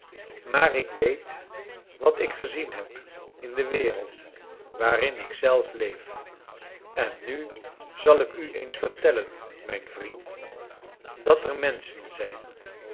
maar ik weet wat ik gezien heb in de wereld waarin ik zelf leef en nu zal ik u eens vertellen mijn vriend dat er menschen zijn